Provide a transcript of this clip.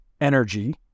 energy